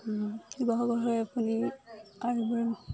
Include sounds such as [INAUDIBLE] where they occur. শিৱসাগৰ হৈ আপুনি [UNINTELLIGIBLE]